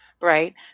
right